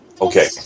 Okay